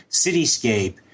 cityscape